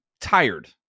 tired